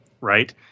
right